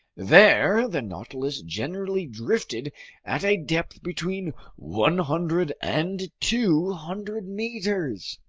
there the nautilus generally drifted at a depth between one hundred and two hundred meters.